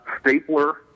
stapler